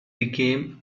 became